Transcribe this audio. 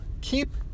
keep